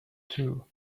too